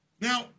Now